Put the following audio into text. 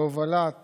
בהובלת